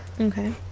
Okay